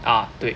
ah 对